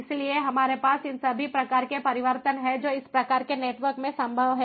इसलिए हमारे पास इन सभी प्रकार के परिवर्तन हैं जो इस प्रकार के नेटवर्क में संभव हैं